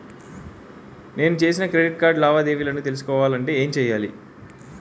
నేను చేసిన credit card లావాదేవీలను తెలుసుకోవాలంటే ఏం చేయాలి?